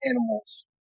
animals